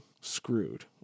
screwed